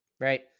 Right